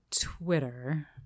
Twitter